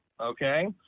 okay